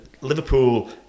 Liverpool